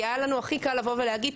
כי היה לנו הכי קל לבוא ולהגיד,